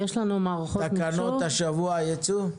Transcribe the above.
תקנות השבוע ייצאו?